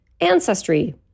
Ancestry